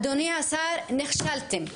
אדוני השר, נכשלתם.